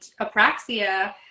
apraxia